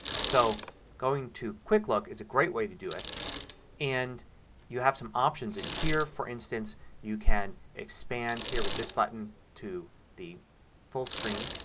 so going to quick look is a great way to do it and you have some options in here. for instance you can expand here with this button to be full screen.